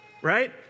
right